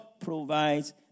provides